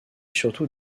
surtout